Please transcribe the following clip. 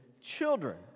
children